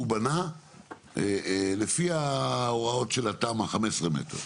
למשל, הוא בנה לפי ההוראות של התמ"א, 15 מטרים.